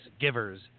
givers